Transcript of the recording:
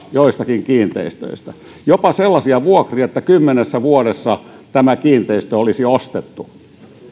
joistakin kiinteistöistä jopa sellaisia vuokria että kymmenessä vuodessa tämä kiinteistö olisi ostettu